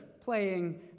playing